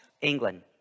England